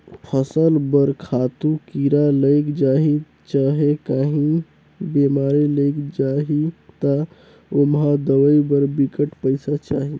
फसल बर खातू, कीरा लइग जाही चहे काहीं बेमारी लइग जाही ता ओम्हां दवई बर बिकट पइसा चाही